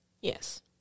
Yes